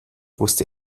wusste